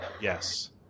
Yes